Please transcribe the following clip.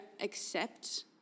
accept